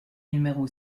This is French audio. numéro